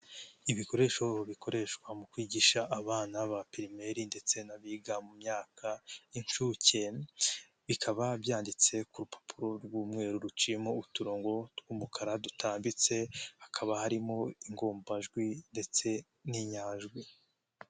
Ibikoresho bikoreshwa mu kwigisha abana ba pirimeri, ndetse n'abiga mu myaka y incuke, bikaba byanditse ku rupapuro rw'umweru ruciyemo uturongo tw'umukara dutambitse, hakaba harimo ingombajwi ndetse n'inyajwi.